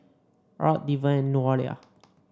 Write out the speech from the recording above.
Art Deven Nolia